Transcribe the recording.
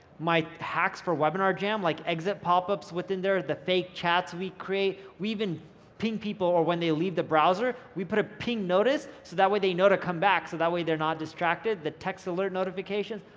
my hacks for webinar jam, like exit pop-ups with in there, the fake chats we create, we even ping people or when they leave the browser, we put a ping notice, so that way they know to come back, so that way they're not distracted, the text alert notifications,